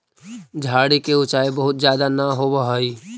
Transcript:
झाड़ि के ऊँचाई बहुत ज्यादा न होवऽ हई